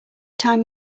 time